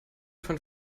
von